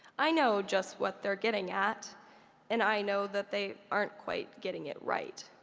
i know just what they're getting at and i know that they aren't quite getting it right.